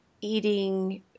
eating